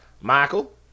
Michael